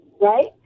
right